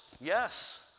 yes